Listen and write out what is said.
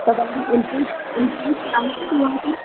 त पंहिंजी entrance entrance आहिनि